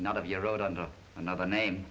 not of your road under another name